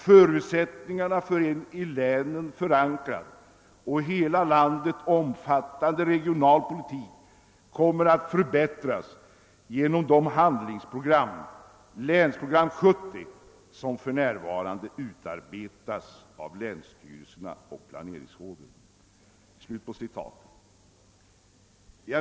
Förutsättningarna för en i länen förankrad och hela landet omfattande regional politik kommer att förbättras genom de handlingsprogram — länsprogram 70 — som för närvarande utarbetas av länsstyrelserna och planeringsråden.